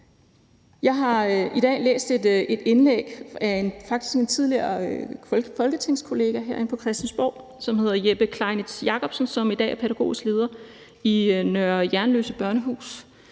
Jeg har i dag læst et indlæg af en tidligere folketingskollega herinde på Christiansborg, som hedder Jeppe Klenitz-Jakobsen, som i dag er pædagogisk leder i Nr. Jernløse Børnehus,